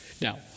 Now